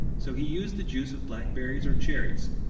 so he used the juice of blackberries or cherries.